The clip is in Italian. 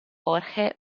jorge